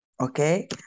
okay